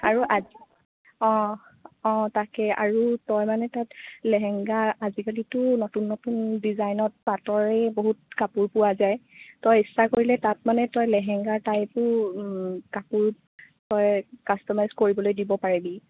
আৰু আজি অঁ অঁ তাকে আৰু তই মানে তাত লেহেংগা আজিকালিতো নতুন নতুন ডিজাইনত পাটৰে বহুত কাপোৰ পোৱা যায় তই ইচ্ছা কৰিলে তাত মানে তই লেহেংগা টাইপো কাপোৰ তই কাষ্ট'মাইছড কৰিবলৈ দিব পাৰিবি